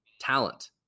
talent